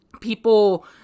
people